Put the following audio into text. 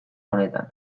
honetan